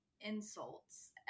insults